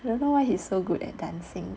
I don't know why he's so good at dancing